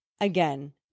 Again